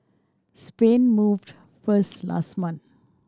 Spain moved first last month